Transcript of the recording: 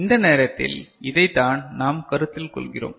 இந்த நேரத்தில் இதைத் தான் நாம் கருத்தில் கொள்கிறோம்